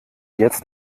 jetzt